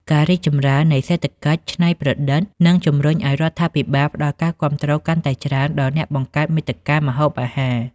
ការរីកចម្រើននៃសេដ្ឋកិច្ចច្នៃប្រឌិត នឹងជំរុញឱ្យរដ្ឋាភិបាលផ្តល់ការគាំទ្រកាន់តែច្រើនដល់អ្នកបង្កើតមាតិកាម្ហូបអាហារ។